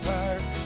Park